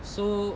so